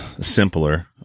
simpler